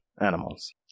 animals